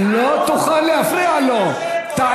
אצל חמאס, ברמאללה.